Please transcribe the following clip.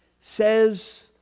says